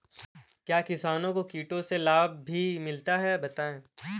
क्या किसानों को कीटों से लाभ भी मिलता है बताएँ?